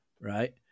right